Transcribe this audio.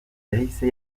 yahise